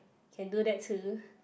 can do that too